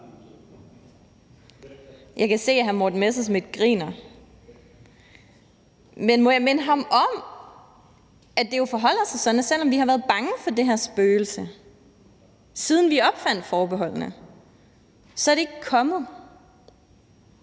Jeg kan se, at hr. Morten Messerschmidt griner, men må jeg minde ham om , at det jo forholder sig sådan, at selv om vi har været bange for det her spøgelse, siden vi opfandt forbeholdene, så er det ikke kommet.